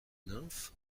nymphes